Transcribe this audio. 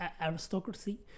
aristocracy